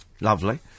Lovely